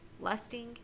lusting